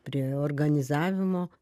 prie organizavimo